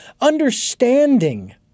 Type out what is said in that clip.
understanding